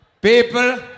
People